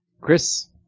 Chris